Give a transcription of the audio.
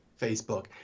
Facebook